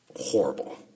horrible